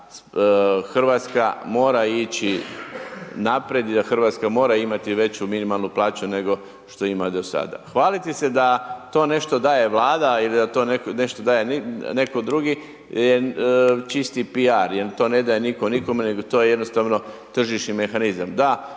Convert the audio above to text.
Hrvatska mora ići naprijed jer Hrvatska mora imati veću minimalnu plaću nego što ima do sada. Hvaliti se da to nešto daje Vlada i da to nešto daje neko drugi je čisti piar, jer to ne daje nitko nikome nego to je jednostavno tržišni mehanizam.